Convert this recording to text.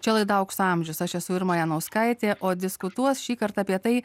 čia laida aukso amžius aš esu irma janauskaitė o diskutuos šįkart apie tai